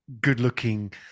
good-looking